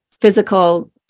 physical